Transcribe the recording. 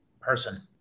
Person